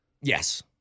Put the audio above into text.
Yes